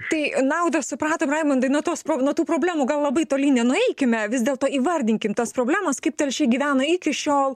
tai naudą supratom raimundai nuo tos pro nuo tų problemų gal labai toli nenueikime vis dėlto įvardinkim tas problemas kaip telšiai gyvena iki šiol